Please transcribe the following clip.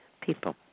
people